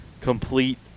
complete